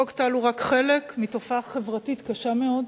חוק טל הוא רק חלק מתופעה חברתית קשה מאוד.